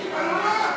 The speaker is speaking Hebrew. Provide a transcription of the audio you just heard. על מה,